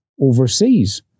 overseas